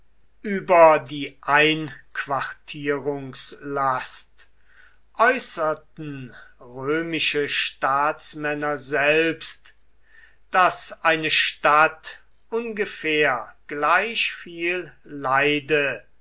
über die einquartierungslast äußerten römische staatsmänner selbst daß eine stadt ungefähr gleich viel leide